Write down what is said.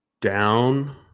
down